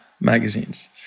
magazines